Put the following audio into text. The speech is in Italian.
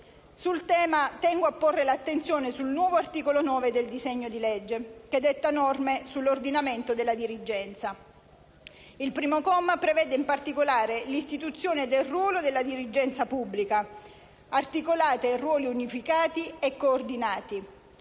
Sul tema, tengo a porre l'attenzione sul nuovo articolo 9 del disegno di legge, che detta norme sull'ordinamento della dirigenza. Il primo comma prevede, in particolare, l'istituzione del ruolo della dirigenza pubblica, articolata in ruoli unificati e coordinati,